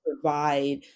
provide